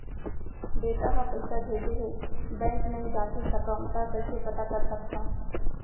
बेटा ह पइसा भेजे हे बैंक नई जाथे सकंव त कइसे पता कर सकथव?